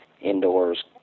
indoors